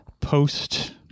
post